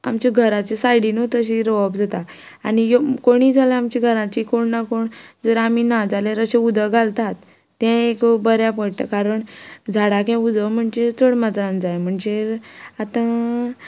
आमच्या घराच्या सायडीनूच अशी रोवप जाता आनी कोणीय जाल्यार आमच्या घराची कोण ना कोण जर आमी ना जाल्यार अशें उदक घालतात ते एक बरें पडटा कारण झाडांक उदक म्हणजे चड मात्रान जाय म्हणचेर आतां